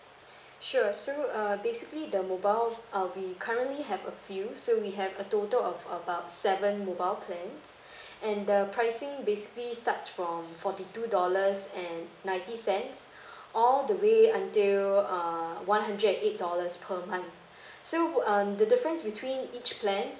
sure so err basically the mobile uh we currently have a few so we have a total of about seven mobile plans and the pricing basically starts from forty two dollars and ninety cents all the way until err one hundred and eight dollars per month so um the difference between each plan